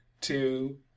two